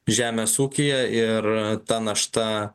žemės ūkyje ir ta našta